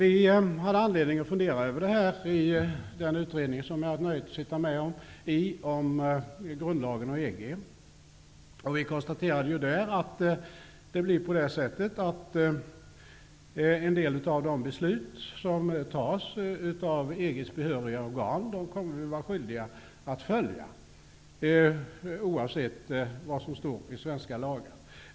I utredningen om grundlagen och EG -- som jag har haft möjlighet att sitta med i -- har vi haft anledning att fundera över detta. Utredningen konstaterade att vi i Sverige kommer att vara skyldiga att följa en del av de beslut som fattas av EG:s behöriga organ, oavsett vad som står i svenska lagar.